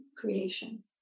creation